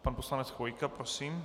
Pan poslanec Chvojka, prosím.